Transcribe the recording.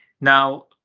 Now